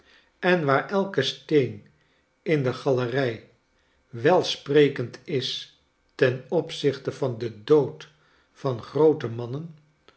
en waar elke steen in de galerij welsprekend is ten opzichte van den dood van groote mannen